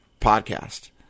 podcast